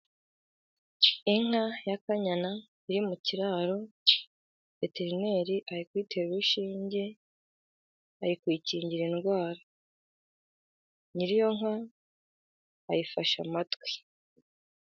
Inka ya kanyana iri mu kiraro, veterineri ari kuyitera urushinge, ari kuyikingira indwara. Nyir'iyo nka ayifashe amatwi.